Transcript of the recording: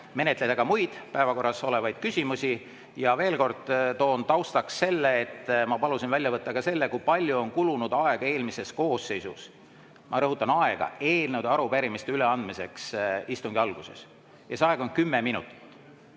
menetleda ka muid päevakorras olevaid küsimusi. Ja ma veel kord toon taustaks, et ma palusin välja võtta ka selle, kui palju on kulunud eelmises koosseisus aega eelnõude ja arupärimiste üleandmiseks istungi alguses. Ja see aeg on olnud kümme minutit